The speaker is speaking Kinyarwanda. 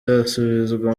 asubizwa